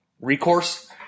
recourse